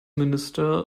minister